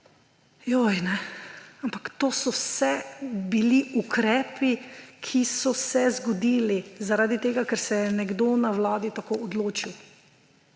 ampak to so vse bili ukrepi, ki so se zgodili zaradi tega, ker se je nekdo na vlada tako odločil.